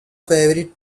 favoured